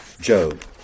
Job